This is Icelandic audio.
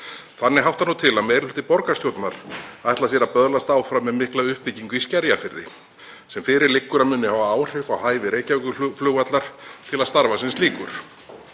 Þannig háttar til að meiri hluti borgarstjórnar ætlar sér að böðlast áfram með mikla uppbyggingu í Skerjafirði sem fyrir liggur að muni hafa áhrif á hæfi Reykjavíkurflugvallar til að starfa sem slíkur.